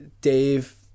Dave